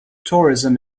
tourism